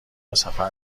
سفر